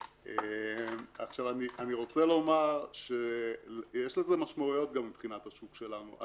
אני רוצה לומר שיש לזה משמעויות גם מבחינת השוק שלנו.